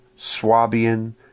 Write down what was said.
Swabian